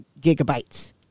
gigabytes